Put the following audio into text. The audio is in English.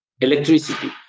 electricity